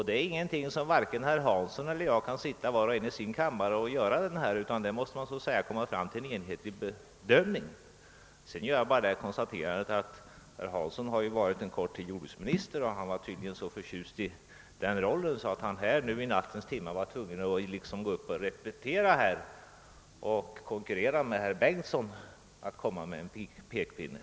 Det är ingenting som vare sig herr Hansson eller jag kan göra var och en på sitt håll, utan här måste man komma fram till en enhetlig bedömning. Sedan vill jag bara göra det konstaterandet att herr Hansson i Skegrie, som ju har varit jordbruksminister en kort tid, tydligen var så förtjust i den rollen att han nu i nattens timmar kände sig tvungen att gå upp och repetera den och konkurrera med herr Bengtsson om konsten att använda pekpinnen.